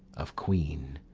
of queen,